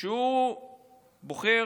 שבוחר